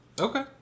Okay